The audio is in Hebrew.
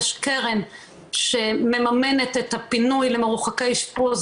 יש קרן שמממנת את הפינוי למרוחקי אשפוז,